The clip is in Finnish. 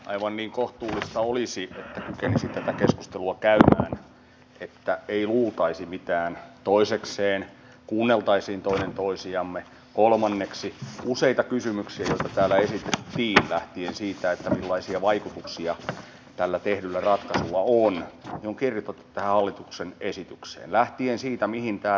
aivan niin kohtuullista olisi että kykenisi tätä keskustelua käymään että ei luultaisi mitään toisekseen että kuunneltaisiin toinen toisiamme kolmanneksi kun täällä useita kysymyksiä esitettiin lähtien siitä millaisia vaikutuksia tällä tehdyllä ratkaisulla on ne on kirjoitettu tähän hallituksen esitykseen lähtien siitä mihin tämä ratkaisu pohjautuu